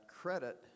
credit